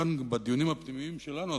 כאן בדיונים הפנימיים שלנו,